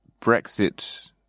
Brexit